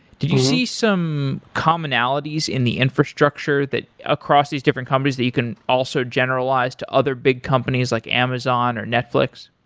did you see some commonalities in the infrastructure across these different companies that you can also generalize to other big companies, like amazon or netflix?